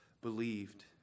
Believed